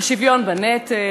השוויון בנטל,